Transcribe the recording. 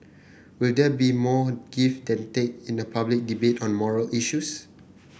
will there be more give than take in a public debate on moral issues